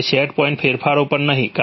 અને set point ફેરફારો પર નહીં